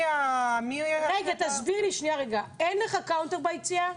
רגע, תסביר לי, אין לך קאונטר ביציאה?